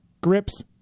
grips